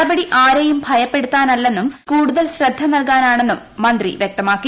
നടപടി ആരെയും ഭയപ്പെടുത്താനല്ലെന്നും കൂടുതൽ ശ്രദ്ധ നൽകാനാണെന്നും മന്ത്രി വൃക്തമാക്കി